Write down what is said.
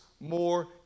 more